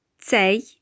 say